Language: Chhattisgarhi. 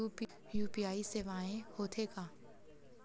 यू.पी.आई सेवाएं हो थे का?